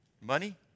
money